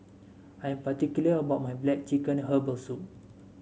I am particular about my black chicken Herbal Soup